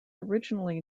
originally